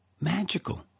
magical